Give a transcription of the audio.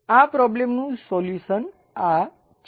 આ પ્રોબ્લેમનું સોલ્યુસન આ છે